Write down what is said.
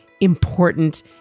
important